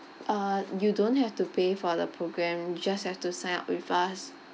uh you don't have to pay for the program you just have to sign up with us